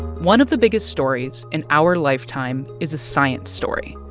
one of the biggest stories in our lifetime is a science story,